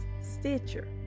Stitcher